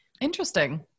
Interesting